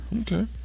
okay